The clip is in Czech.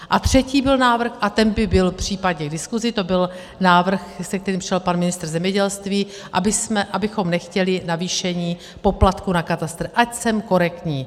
A třetí byl návrh, a ten by byl případně k diskusi, to byl návrh, se kterým přišel pan ministr zemědělství, abychom nechtěli navýšení poplatku na katastr, ať jsem korektní.